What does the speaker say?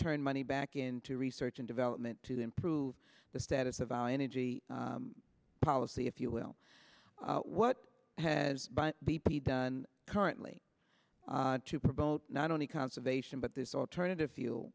turn money back into research and development to improve the status of our energy policy if you will what has by b p done currently to promote not only conservation but this alternative